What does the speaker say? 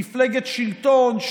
מפלגת שלטון,